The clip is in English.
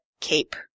cape